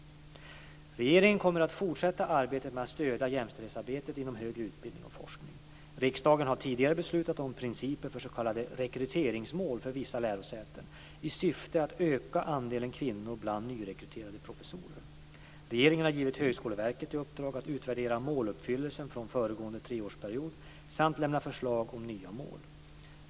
Regeringen kommer att fortsätta arbetet med att stödja jämställdhetsarbetet inom högre utbildning och forskning. Riksdagen har tidigare beslutat om principer för s.k. rekryteringsmål för vissa lärosäten i syfte att öka andelen kvinnor bland nyrekryterade professorer. Regeringen har givit Högskoleverket i uppdrag att utvärdera måluppfyllelsen från föregående treårsperiod samt lämna förslag om nya mål.